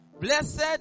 Blessed